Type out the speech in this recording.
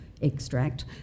extract